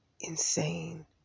insane